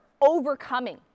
overcoming